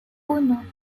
uno